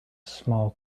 small